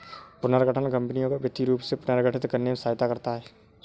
पुनर्गठन कंपनियों को वित्तीय रूप से पुनर्गठित करने में सहायता करता हैं